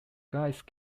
guise